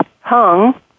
hung